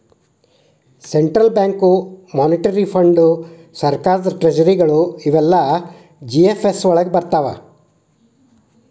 central bank, monetary ಫಂಡ್.ಸರ್ಕಾರದ್ ಟ್ರೆಜರಿಗಳು ಇವೆಲ್ಲಾ ಜಿ.ಎಫ್.ಎಸ್ ವಳಗ್ ಬರ್ರ್ತಾವ